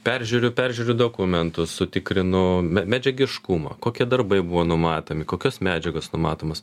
peržiūriu peržiūriu dokumentus sutikrinu medžiagiškumą kokie darbai buvo numatomi kokios medžiagos numatomos